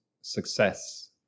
success